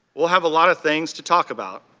we'll have a lot of things to talk about.